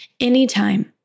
Anytime